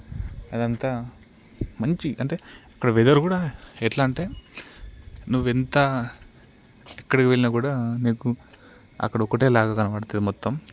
అదంతా మంచి అంటే అక్కడ వెథర్ కూడా ఎట్లా అంటే నువ్వు ఎంత ఎక్కడికి వెళ్ళినా కూడా నీకు అక్కడ ఒకటే లాగా కనబడుతుంది మొత్తం